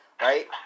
Right